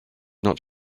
not